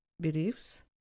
beliefs